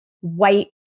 white